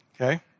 Okay